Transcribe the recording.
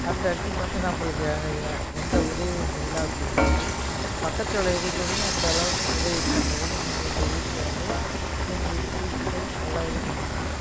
அந்த இடத்துக்கி வந்து நம்பளுக்கு ஏன்னா எ எந்த உதவியும் இல்லை அப்படின்னாலும் பக்கத்தால் இருக்கிறவங்க அந்த அளவுக்கு உதவி பண்ணுறதையும் நீங்கள் எங்கள் வீட்டில வந்து செஞ்சிட்டு குளிச்சிட்டு எல்லாம் இது பண்ணிட்டு